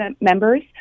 members